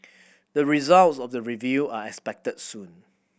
the results of the review are expected soon